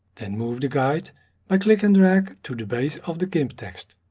then move the guide by click and drag to the base of the gimp text.